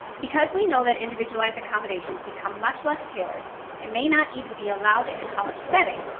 because we know that individualized accommodations become much less tailored and may not even be allowed in a college setting,